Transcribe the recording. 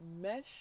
mesh